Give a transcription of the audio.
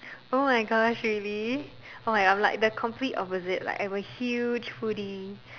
oh-my-Gosh really oh I'm like the complete opposite like I'm a huge food